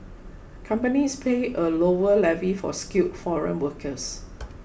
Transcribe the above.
companies pay a lower levy for skilled foreign workers